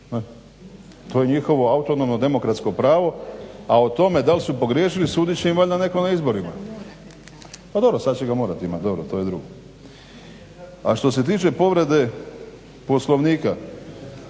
to je njihovo autonomno demokratsko pravo, a o tome dal su pogriješili sudit će im valjda netko na izborima. … /Upadica se ne razumije./ … Pa dobro sad će ga morat imat, to je drugo. A što se tiče povrede Poslovnika